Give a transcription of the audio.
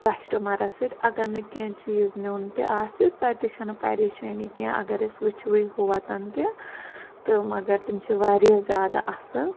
کَسٹٕمَرَس سۭتۍ اگر نہٕ کینٛہہ چیٖز نیُن تہِ آسہِ سۄ تہِ چھَنہٕ پریشٲنی کینٛہہ اگر أسۍ وٕچھوے ہُوَتَن تہِ تہٕ مگر تِم چھِ واریاہ زیادٕ اَصٕل